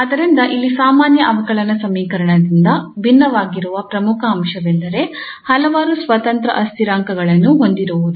ಆದ್ದರಿಂದ ಇಲ್ಲಿ ಸಾಮಾನ್ಯ ಅವಕಲನ ಸಮೀಕರಣದಿಂದ ಭಿನ್ನವಾಗಿರುವ ಪ್ರಮುಖ ಅಂಶವೆಂದರೆ ಹಲವಾರು ಸ್ವತಂತ್ರ ಅಸ್ಥಿರಾಂಕಗಳನ್ನು ಹೊಂದಿರುವುದು